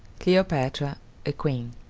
cleopatra a queen.